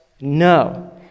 No